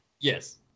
Yes